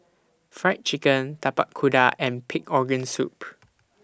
Fried Chicken Tapak Kuda and Pig Organ Soup